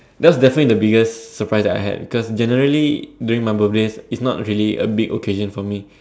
that was the definitely the biggest surprise that I had because generally during my birthdays it's not really a big occasion for me